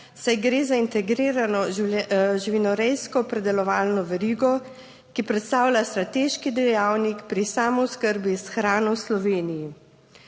saj gre za integrirano živinorejsko predelovalno verigo, ki predstavlja strateški dejavnik pri samooskrbi s hrano v Sloveniji.